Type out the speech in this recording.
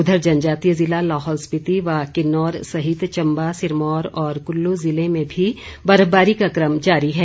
उधर जनजातीय जिला लहौल स्पीति व किन्नौर सहित चंबा सिरमौर और कुल्लू जिले में भी बर्फबारी का क्रम जारी है